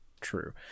true